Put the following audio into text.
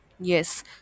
yes